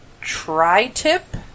Tri-Tip